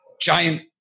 giant